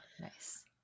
nice